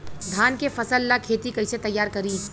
धान के फ़सल ला खेती कइसे तैयार करी?